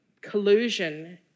collusion